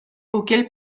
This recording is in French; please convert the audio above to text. auquel